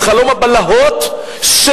את חלום הבלהות של